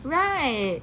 right